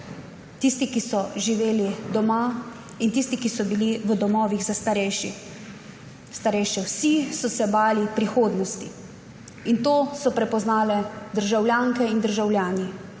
tisti, ki so živeli doma, in tisti, ki so bili v domovih za starejše. Vsi so se bali prihodnosti. To so prepoznali državljanke in državljani,